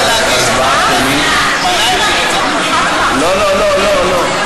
לא לא לא,